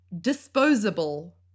disposable